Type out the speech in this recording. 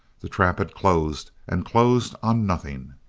the trap had closed and closed on nothing.